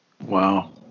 wow